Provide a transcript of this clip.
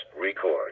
record